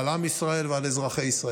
על עם ישראל ועל אזרחי ישראל.